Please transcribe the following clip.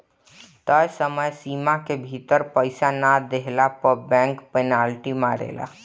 तय समय सीमा के भीतर पईसा ना देहला पअ बैंक पेनाल्टी मारेले